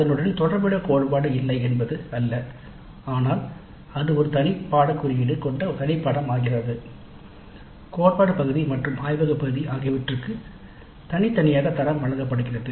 அதனுடன் தொடர்புடைய கோட்பாடு இல்லை என்பது அல்ல ஆனால் அது ஒரு தனி பாடநெறி குறியீடு கொண்ட தனி படமாகிறது கோட்பாடு பகுதி மற்றும் ஆய்வக பகுதி ஆகியவற்றுக்கு தனித்தனியாக தரம் வழங்கப்படுகிறது